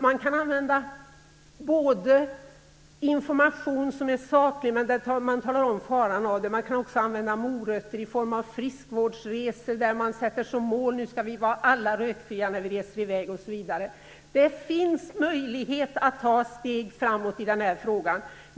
Man kan använda saklig information för att tala om faran i rökning och man kan använda morötter i form av friskvårdsresor där man har som mål att alla skall vara rökfria när man reser i väg. Det finns möjlighet att ta steg framåt i den här frågan.